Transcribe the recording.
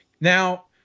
Now